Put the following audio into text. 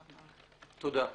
תודה.